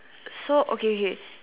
so okay okay